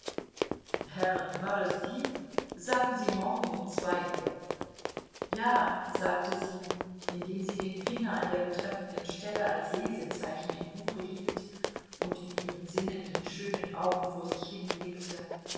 herrn borosdin sagen sie morgen um zwei uhr ja sagte sie indem sie den finger an der betreffenden stelle als lesezeichen im buche hielt und mit ihren sinnenden schönen augen vor sich hinblickte